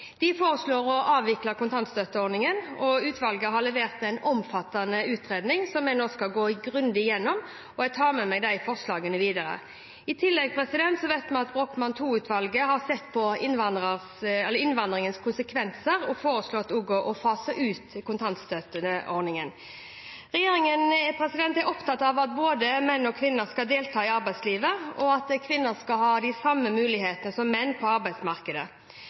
de foreslår å avvikle kontantstøtteordningen. Utvalget har levert en omfattende utredning som vi nå skal gå grundig gjennom, og jeg tar med meg de forslagene videre. I tillegg vet vi at Brochmann II-utvalget har sett på innvandringens konsekvenser og foreslått å fase ut kontantstøtteordningen. Regjeringen er opptatt av at både menn og kvinner skal delta i arbeidslivet, og at kvinner skal ha de samme mulighetene som menn på arbeidsmarkedet.